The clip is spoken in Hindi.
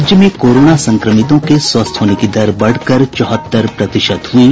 राज्य में कोरोना संक्रमितों के स्वस्थ होने की दर बढ़कर चौहत्तर प्रतिशत हुयी